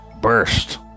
burst